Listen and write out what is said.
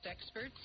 experts